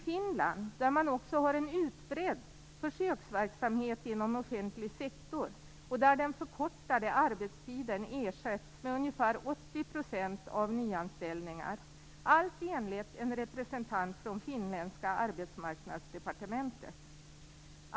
Där har man också utbredd försöksverksamhet inom offentlig sektor, där den förkortade arbetstiden ersatts med ungefär 80 % av nyanställningar, allt enligt en representant från finländska arbetsmarknadsdepartementet.